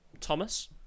Thomas